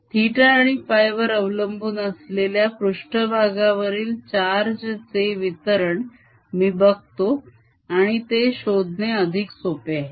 θ आणि φ वर अवलंबून असलेल्या पृष्ठभागावरील chargeचे वितरण मी बघतो आणि ते शोधणे अधिक सोपे आहे